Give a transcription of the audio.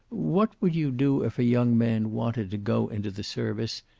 what would you do if a young man wanted to go into the service,